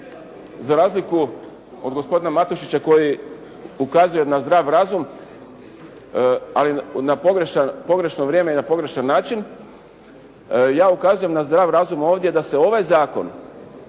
za razliku od gospodina Matušića koji ukazuje na zdrav razum, ali na pogrešan, u pogrešno vrijeme i na pogrešan način, ja ukazujem na zdrav razum ovdje da se ovaj zakon